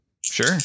sure